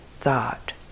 thought